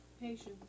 Patience